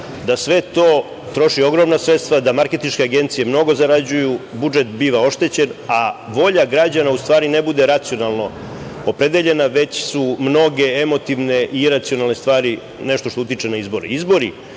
da sve to troši ogromna sredstva, da marketinške agencije mnogo zarađuju, budžet biva oštećen, a volja građana u stvari ne bude racionalno opredeljena, već su mnoge emotivne i iracionalne stvari nešto što utiče na izbore. Izbori